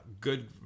good